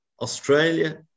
Australia